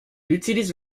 utilise